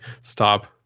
stop